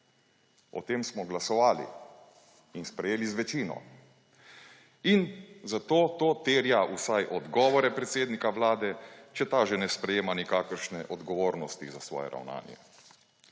O tem smo glasovali in sprejeli z večino. In zato to terja vsaj odgovore predsednika Vlade, če ta že ne sprejema nikakršne odgovornosti za svoje ravnanje.